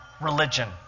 religion